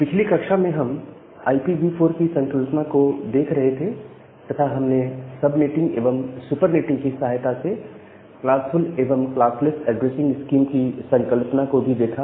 पिछली कक्षा में हम IPv4 की संकल्पना को देख रहे थे तथा हमने सबनेटिंग एवं सुपरनेटिंग की सहायता से क्लासफुल एवं क्लासलैस ऐड्रेसिंग स्कीम की संकल्पना को भी देखा